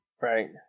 Right